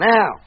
Now